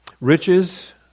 Riches